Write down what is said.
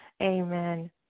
Amen